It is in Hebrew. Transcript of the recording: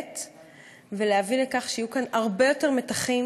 המתמעטים מביאים לכך שיהיו כאן הרבה יותר מתחים,